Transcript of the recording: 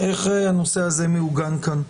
איך הנושא הזה מעוגן כאן?